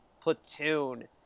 platoon